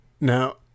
Now